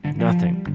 nothing